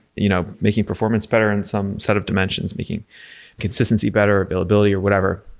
you know making performance better in some set of dimensions, making consistency better, availability or whatever.